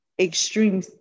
extreme